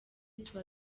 tuba